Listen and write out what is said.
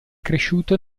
cresciuto